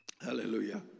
hallelujah